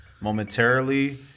momentarily